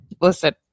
Listen